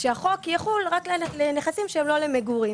כך שהחוק יחול רק על נכסים שהם לא למגורים.